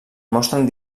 mostren